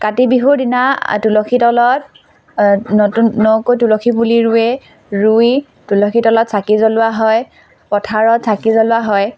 কাতি বিহুৰ দিনা তুলসী তলত নতুন নকৈ তুলসী পুলি ৰুৱে ৰুই তুলসী তলত চাকি জ্বলোৱা হয় পথাৰত চাকি জ্বলোৱা হয়